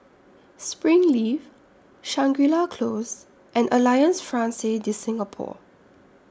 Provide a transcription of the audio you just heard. Springleaf Shangri La Close and Alliance Francaise De Singapour